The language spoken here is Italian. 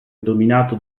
dominato